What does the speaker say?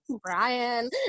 Brian